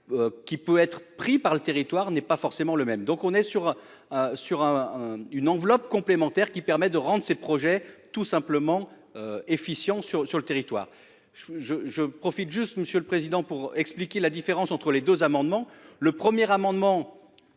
Qui peut être pris par le territoire n'est pas forcément le même, donc on est sur. Sur un, un une enveloppe complémentaire qui permet de ses projets tout simplement efficient sur sur le territoire. Je je je profite juste Monsieur le Président pour expliquer la différence entre les 2 amendements. Le premier amendement.